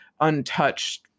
untouched